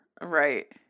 Right